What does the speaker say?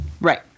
Right